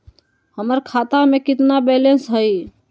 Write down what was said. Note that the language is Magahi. हमर खाता में केतना बैलेंस हई?